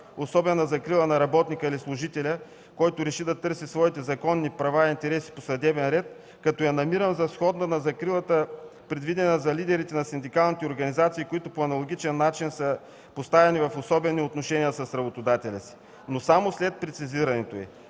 особена закрила на работника или служителя, който реши да търси своите законни права и интереси по съдебен ред, като я намирам за сходна на закрилата, предвидена за лидерите на синдикалните организации, които по аналогичен начин са поставени в особени отношения с работодателя си, но само след прецизирането й.